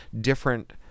different